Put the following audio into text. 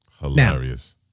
Hilarious